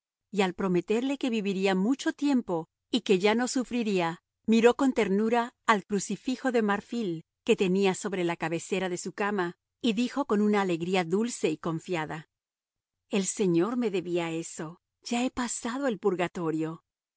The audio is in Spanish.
y al prometerle que viviría mucho tiempo y que ya no sufriría miró con ternura al crucifijo de marfil que tenía sobre la cabecera de su cama y dijo con una alegría dulce y confiada el señor me debía eso ya he pasado el purgatorio